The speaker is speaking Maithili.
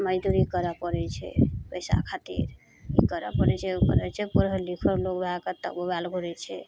मजदूरी करय पड़य छै पैसा खातिर ई करऽ पड़य छै उ करय छै पढ़ल लिखल लोग वएहे कतऽ बौआयल घुरय छै